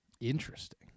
Interesting